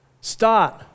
Start